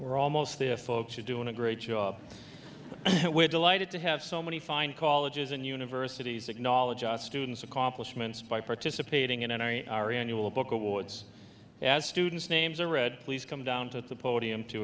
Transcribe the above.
we're almost there folks are doing a great job and we're delighted to have so many fine call edges and universities acknowledge a student's accomplishments by participating in an ari ari annual book awards as students names are read please come down to the podium to